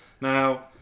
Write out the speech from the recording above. Now